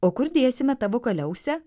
o kur dėsime tavo kaliausę